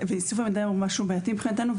ואיסוף המידע הוא משהו בעייתי מבחינתנו,